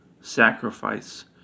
Sacrifice